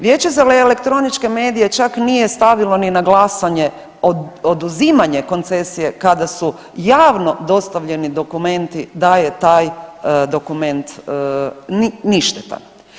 Vijeće za elektroničke medije čak nije stavilo ni na glasanje oduzimanje koncesije kada su javno dostavljeni dokumenti da je taj dokument ništetan.